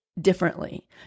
differently